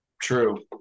True